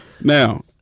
now